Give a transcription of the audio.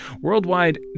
Worldwide